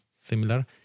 similar